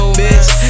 bitch